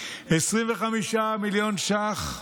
השרה סטרוק, 25 מיליון ש"ח,